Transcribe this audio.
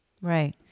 Right